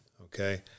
okay